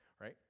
Right